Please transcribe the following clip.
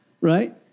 right